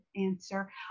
answer